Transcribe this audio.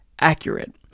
accurate